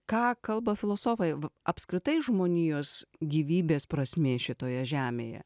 ką kalba filosofai apskritai žmonijos gyvybės prasmė šitoje žemėje